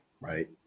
Right